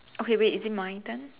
okay wait is it my turn